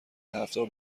هفتهها